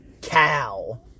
Cow